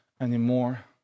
anymore